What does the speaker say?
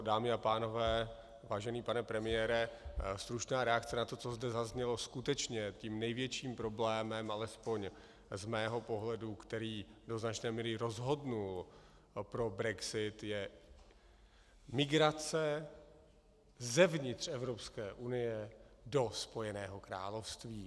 Dámy a pánové, vážený pane premiére, slušná reakce na to, co zde zaznělo, skutečně tím největším problémem alespoň z mého pohledu, který do značné míry rozhodl pro brexit, je migrace zevnitř Evropské unie do Spojeného království.